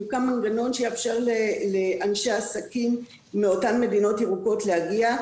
הוקם מנגנון שיאפשר לאנשי עסקים מאותן מדינות ירוקות להגיע.